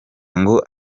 ngo